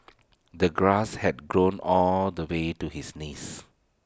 the grass had grown all the way to his knees